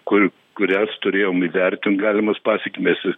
kur kurias turėjom įvertint galimas pasekmes